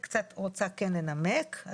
קשקוש, בבקשה.